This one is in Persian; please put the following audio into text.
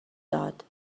داد